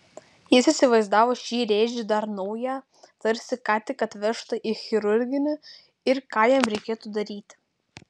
jis įsivaizdavo šį rėžį dar naują tarsi ką tik atvežtą į chirurginį ir ką jam reikėtų daryti